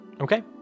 Okay